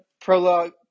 prologue